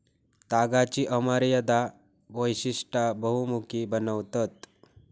तागाची अमर्याद वैशिष्टा बहुमुखी बनवतत